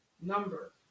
number